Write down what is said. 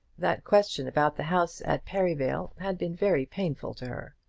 that question about the house at perivale had been very painful to her.